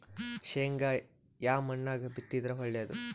ಶೇಂಗಾ ಯಾ ಮಣ್ಣಾಗ ಬಿತ್ತಿದರ ಒಳ್ಳೇದು?